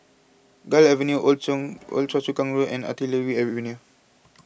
Gul Avenue Old Choa Old Choa Chu Kang Road and Artillery Avenue